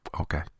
okay